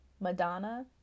Madonna